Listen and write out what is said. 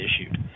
issued